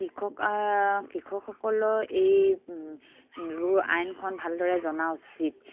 কৃষক কৃষকসকল এই আইনখন ভালদৰে জনা উচিত